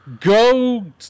Go